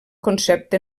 concepte